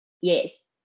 Yes